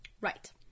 Right